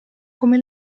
come